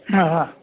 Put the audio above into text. ꯑꯪ